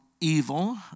evil